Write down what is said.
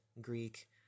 Greek